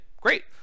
great